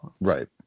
right